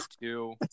two